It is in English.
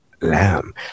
Lamb